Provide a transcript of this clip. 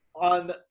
on